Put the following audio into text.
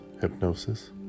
hypnosis